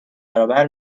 برابر